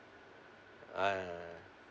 uh